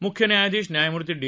म्ख्य न्यायाधीश न्यायमूर्ती डी